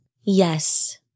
Yes